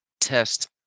test